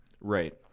Right